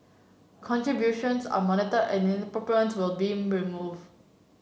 contributions are monitored and inappropriate ones will be removed